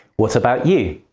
what about you?